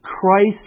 Christ